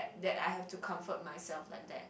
that I have to comfort myself like that